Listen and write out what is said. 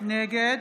נגד